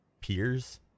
peers